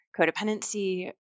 codependency